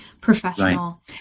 professional